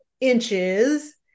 inches